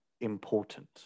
important